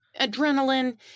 adrenaline